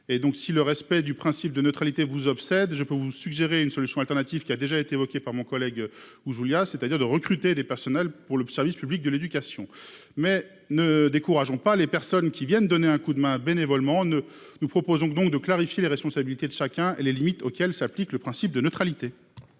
Si le respect du principe de neutralité vous obsède, je peux vous suggérer une solution de substitution, qui a déjà été évoquée par mon collègue Ouzoulias : recruter des agents pour le service public de l'éducation. Ne décourageons pas les personnes qui viennent donner un coup de main bénévolement ! Nous proposons donc de clarifier les responsabilités de chacun et les limites imposées par le principe de neutralité.